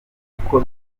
uko